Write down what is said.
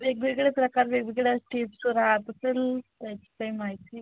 वेगवेगळे प्रकार वेगवेगळ्या टीप्सचं राहात असेल त्याची काही माहिती